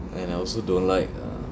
and I also don't like uh